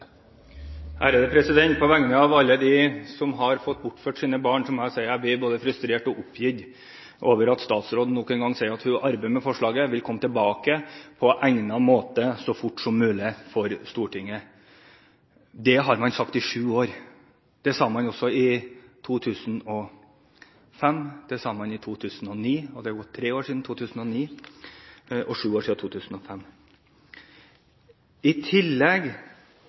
På vegne av alle dem som har fått bortført sine barn, må jeg si at jeg blir både frustrert og oppgitt over at statsråden nok en gang sier at hun arbeider med forslaget og vil komme tilbake «så raskt som mulig på egnet måte» for Stortinget. Det har man sagt i sju år. Det sa man også i 2005, det sa man i 2009, og det er gått tre år siden 2009 og sju år siden 2005. I tillegg